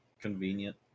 convenient